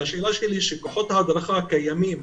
כוחות ההדרכה הקיימים,